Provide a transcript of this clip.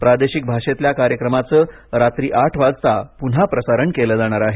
प्रादेशिक भाषेतल्या कार्यक्रमाचं रात्री आठ वाजता पुन्हा प्रसारण केलं जाणार आहे